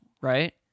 right